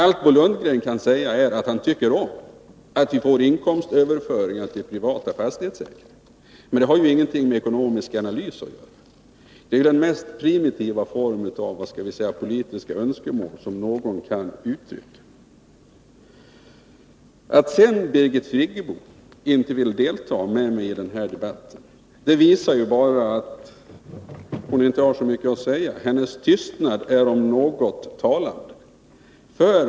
Allt Bo Lundgren kan säga är att han tycker om att vi får inkomstöverföringar till privata fastighetsägare, men det har ingenting med ekonomisk analys att göra. Det är den mest primitiva form av politiska önskemål som någon kan uttrycka. Att Birgit Friggebo inte vill delta mer i denna debatt visar bara att hon inte har så mycket att säga. Hennes tystnad är om något talande.